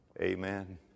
Amen